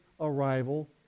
arrival